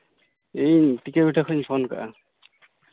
ᱤᱧ ᱴᱤᱠᱟᱹᱵᱷᱤᱴᱟᱹ ᱠᱷᱚᱱᱤᱧ ᱯᱷᱳᱱ ᱟᱠᱟᱫᱟ